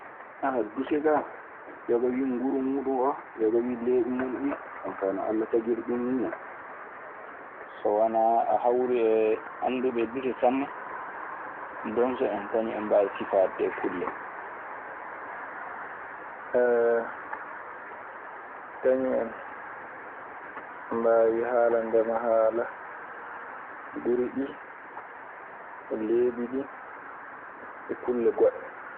duɗe kaa, yoga wii nguru muuɗun oo, yoga wii leeɓi mun ɗii. Ɗun kaa no Alla tagiri ɗun nii non. So wanaa a hawru e annduɓe duɗe sanne, donso en kañun en mbaawi sifaade ɗee kulle. Kañun en mbaawi haalandema haala guri ɗi e leeɓi ɗi e kulle goɗɗe.